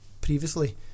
previously